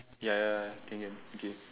ya ya can can okay